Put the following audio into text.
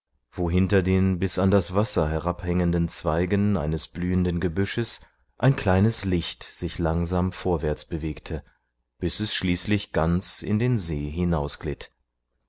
wo hinter den bis an das wasser herabhängenden zweigen eines blühenden gebüsches ein kleines licht sich langsam vorwärts bewegte bis es schließlich ganz in den see